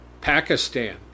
Pakistan